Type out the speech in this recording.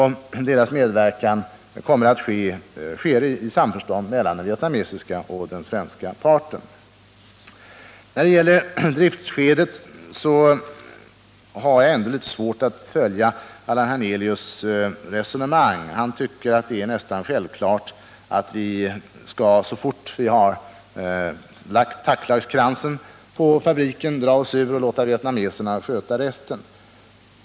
Deras medverkan sker i samförstånd mellan den vietnamesiska och den svenska parten. När det gäller driftskedet har jag litet svårt att följa Allan Hernelius resonemang. Han tycker att det är nästan självklart att vi så fort vi har lagt taklagskransen på fabriken skall dra oss ur och låta vietnameserna sköta resten.